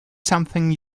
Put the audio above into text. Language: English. something